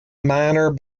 minor